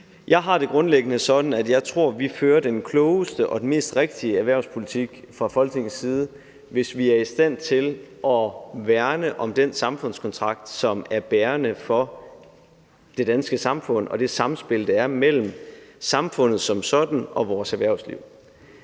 Jeg har det grundlæggende sådan, at jeg tror, vi fører den klogeste og den mest rigtige erhvervspolitik fra Folketingets side, hvis vi er i stand til at værne om den samfundskontrakt, som er bærende for det danske samfund, og det samspil, der er mellem samfundet som sådan og vores erhvervsliv.